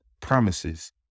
promises